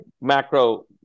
macro